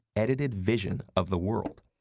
edited vision of the world.